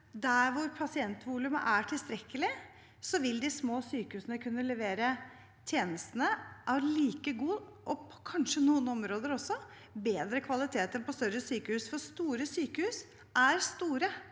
der hvor pasientvolumet er tilstrekkelig, vil de små sykehusene kunne levere tjenester av like god – og på noen områder kanskje også bedre – kvalitet som på større sykehus. Store sykehus er store,